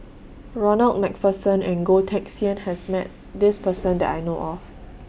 Ronald MacPherson and Goh Teck Sian has Met This Person that I know of